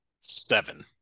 seven